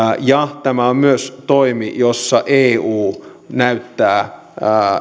ja tämä on myös toimi jossa eu näyttää